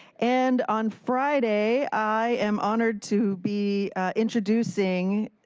and on friday, i am honored to be introducing